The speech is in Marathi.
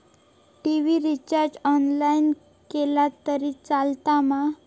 टी.वि रिचार्ज ऑनलाइन केला तरी चलात मा?